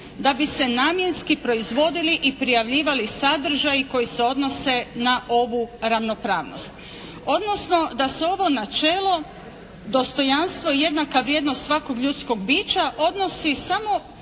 da bi se namjenski proizvodili i prijavljivali sadržaji koji se odnose na ovu ravnopravnost.", odnosno da se ovo načelo dostojanstvo i jednaka vrijednost svakog ljudskog bića odnosi samo